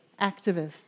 activists